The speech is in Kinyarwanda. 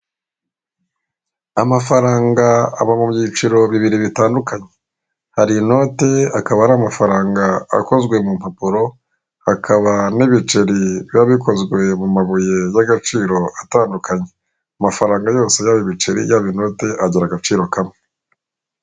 Amafaranga aba mu byiciro bibiri bitandukanye, hari inote akaba akaba ari amafaranga akoze mu mpapuro, hakaba n'ibiceri biba bikoze mu mabuye y'agaciro atandukanye. Amafaranga yose yaba ibiceri, yaba inote agaciro kamwe.